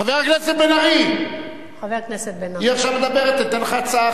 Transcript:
חברים, אני, יאללה נברח.